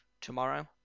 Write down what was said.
tomorrow